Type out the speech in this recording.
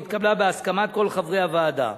והיא התקבלה בהסכמת כל חברי הוועדה.